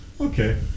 Okay